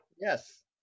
yes